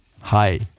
Hi